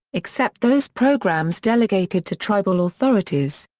except those programs delegated to tribal authorities.